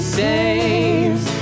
saves